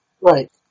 Right